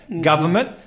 government